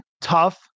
tough